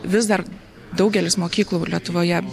vis dar daugelis mokyklų lietuvoje